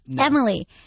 Emily